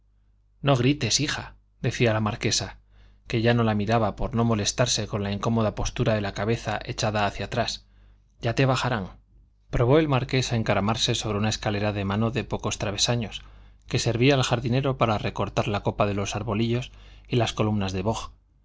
no grites hija decía la marquesa que ya no la miraba por no molestarse con la incómoda postura de la cabeza echada hacia atrás ya te bajarán probó el marqués a encaramarse sobre una escalera de mano de pocos travesaños que servía al jardinero para recortar la copa de los arbolillos y las columnas de boj